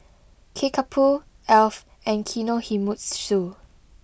Kickapoo Alf and Kinohimitsu